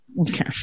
okay